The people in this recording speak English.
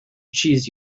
cheese